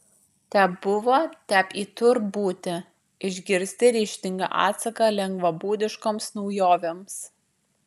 tep buvo tep į tur būti išgirsti ryžtingą atsaką lengvabūdiškoms naujovėms